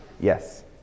Yes